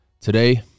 Today